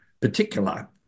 particular